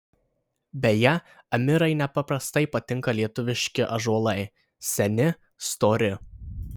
beje amirai nepaprastai patinka lietuviški ąžuolai seni stori